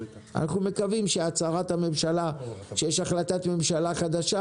אנחנו מקווים שהצהרת הממשלה שיש החלטת ממשלה חדשה,